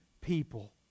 people